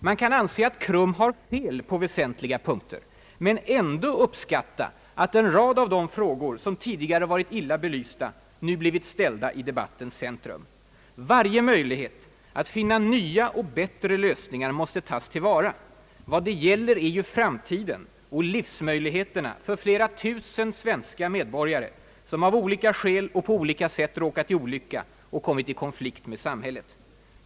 Man kan anse att KRUM har fel på väsentliga punkter men ändå uppskatta att en rad av de frågor som tidigare varit illa belysta nu blivit ställda i debattens centrum. Varje möjlighet att finna nya och bättre lösningar måste tas till vara. Vad det gäller är ju framtiden och livsmöjligheterna för flera tusen svenska medborgare som av olika skäl och på olika sätt råkat i olycka och kommit i konflikt med samhället.